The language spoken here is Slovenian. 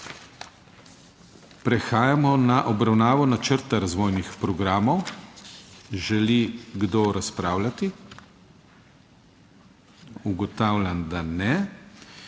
Prehajamo na obravnavo načrta razvojnih programov. Želi kdo razpravljati? (Ne.) Ugotavljam, da ne.